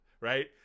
right